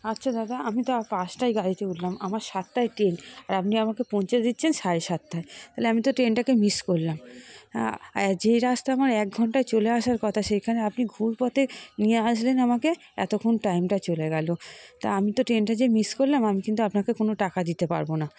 আচ্ছা দাদা আমি তো পাঁচটায় গাড়িতে উঠলাম আমার সাতটায় ট্রেন আর আপনি আমাকে পৌঁছে দিচ্ছেন সাড়ে সাতটায় তাহলে আমি তো ট্রেনটাকে মিস করলাম যে রাস্তা আমার এক ঘণ্টায় চলে আসার কথা সেইখানে আপনি ঘুরপথে নিয়ে আসলেন আমাকে এতক্ষণ টাইমটা চলে গেল তা আমি তো ট্রেনটা যে মিস করলাম আমি কিন্তু আপনাকে কোনো টাকা দিতে পারব না